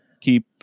keep